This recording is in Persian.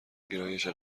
گرایش